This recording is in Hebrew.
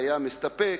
היה מסתפק,